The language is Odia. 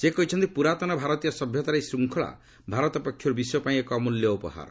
ସେ କହିଛନ୍ତି ପୁରାତନ ଭାରତୀୟ ସଭ୍ୟତାର ଏହି ଶୃଙ୍ଖଳା ଭାରତ ପକ୍ଷରୁ ବିଶ୍ୱ ପାଇଁ ଏକ ଅମ୍ବଲ୍ୟ ଉପହାର